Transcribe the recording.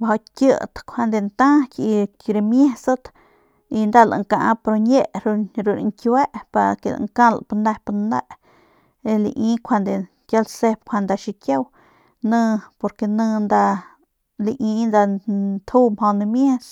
mjau kit njuande ntaky y ki ramiesat nda lankap ru ñie ru rañkiue pa ke lankalp nep ne lai kiau lasep njuande nda xikiau porque ni lai nda nju mjau namies.